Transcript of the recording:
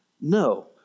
No